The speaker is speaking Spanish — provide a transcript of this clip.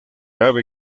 ave